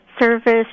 service